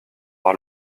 par